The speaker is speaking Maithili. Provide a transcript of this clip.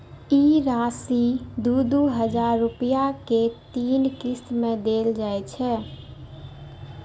ई राशि दू दू हजार रुपया के तीन किस्त मे देल जाइ छै